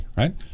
right